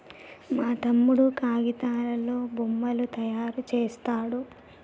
మా తమ్ముడు కాగితాలతో బొమ్మలు తయారు చేస్తాడు